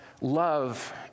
love